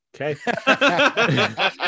Okay